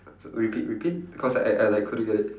repeat repeat cause I I like couldn't get it